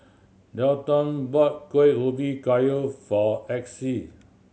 Delton bought Kuih Ubi Kayu for Exie